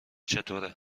چطوره